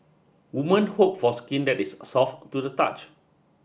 woman hope for skin that is soft to the touch